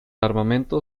armamento